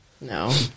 No